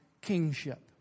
kingship